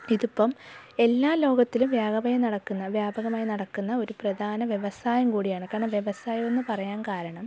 ഇതിപ്പം എല്ലാ ലോകത്തിലും വ്യാപമായി നടക്കുന്ന വ്യാപകമായി നടക്കുന്ന ഒരു പ്രധാന വ്യവസായം കൂടിയാണ് കാരണം വ്യവസായം എന്ന് പറയാൻ കാരണം